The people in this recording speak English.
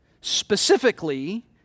specifically